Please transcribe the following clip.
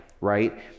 right